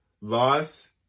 Loss